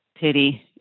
pity